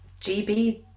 GB